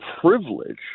privilege